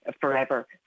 forever